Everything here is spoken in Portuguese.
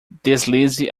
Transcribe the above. deslize